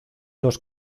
los